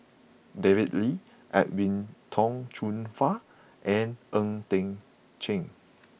David Lee Edwin Tong Chun Fai and Ng Eng Teng